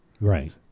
Right